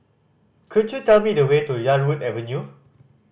could you tell me the way to Yarwood Avenue